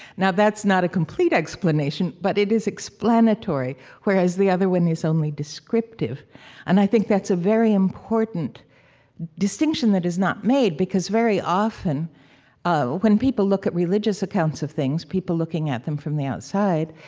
now, that's not a complete explanation, but it is explanatory whereas the other one is only descriptive and i think that's a very important distinction that is not made because very often um when people look at religious accounts of things, people looking at them from the outside,